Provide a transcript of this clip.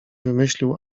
wymyślił